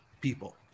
people